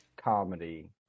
comedy